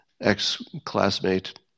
ex-classmate